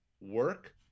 work